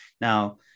Now